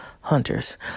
hunters